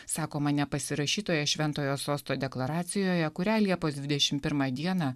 sakoma nepasirašytoje šventojo sosto deklaracijoje kurią liepos dvidešim pirmą dieną